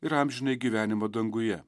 ir amžinąjį gyvenimą danguje